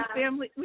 family